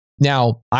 Now